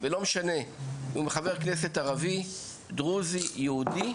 ולא צריכים שבג"ץ יגיד לנו שהמצב בלתי סביר.